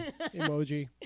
emoji